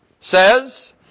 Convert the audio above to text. says